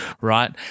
right